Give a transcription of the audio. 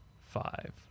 five